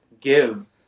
give